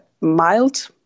mild